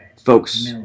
folks